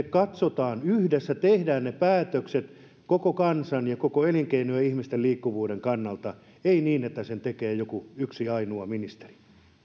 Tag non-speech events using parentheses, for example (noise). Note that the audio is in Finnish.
(unintelligible) katsotaan yhdessä tehdään ne päätökset koko kansan ja koko elinkeinon ja ihmisten liikkuvuuden kannalta ei niin että ne tekee joku yksi ainoa ministeri